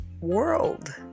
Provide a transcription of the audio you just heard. world